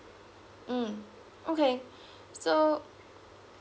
mm okay so